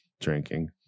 drinking